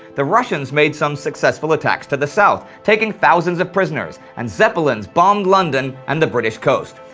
the russians made some successful attacks to the south, taking thousands of prisoners, and zeppelins bombed london and the british coast.